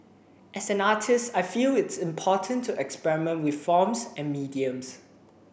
as an artist I feel it is important to experiment with forms and mediums